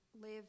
live